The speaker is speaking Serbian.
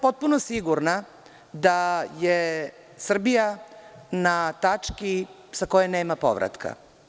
Potpuno sam sigurna da je Srbija na tački sa koje nema povratka.